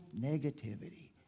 negativity